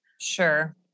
Sure